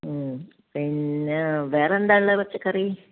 പിന്നെ വേറെ എന്താ ഉള്ളത് പച്ചക്കറി